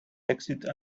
exit